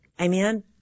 Amen